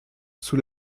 sous